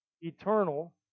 eternal